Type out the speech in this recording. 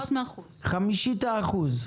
חמישית האחוז.